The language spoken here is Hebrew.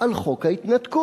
על חוק ההתנתקות,